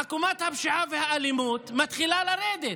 עקומת הפשיעה והאלימות מתחילה לרדת.